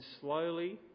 slowly